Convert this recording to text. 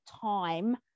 time